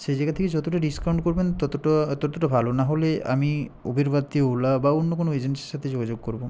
সে জায়গা থেকে যতটা ডিসকাউন্ট করবেন ততটা ততটা ভালো নাহলে আমি উবের বাদ দিয়ে ওলা বা অন্য কোনও এজেন্সির সাথে যোগাযোগ করবো